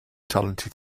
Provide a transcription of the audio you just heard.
talented